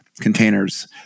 containers